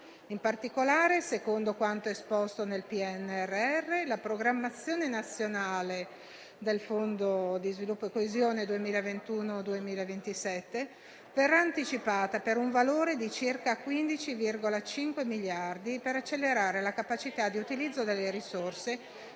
In particolare, secondo quanto esposto nel PNRR, la programmazione nazionale del Fondo per lo sviluppo e la coesione 2021-2027 verrà anticipata per un valore di circa 15,5 miliardi, per accelerare la capacità di utilizzo delle risorse